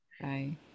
Bye